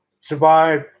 survive